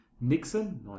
Nixon